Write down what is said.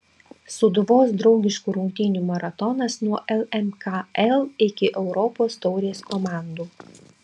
sūduvos draugiškų rungtynių maratonas nuo lmkl iki europos taurės komandų